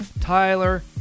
Tyler